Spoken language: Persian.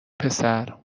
پسر